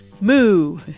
moo